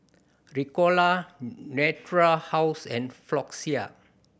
Ricola Natura House and Floxia